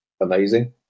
amazing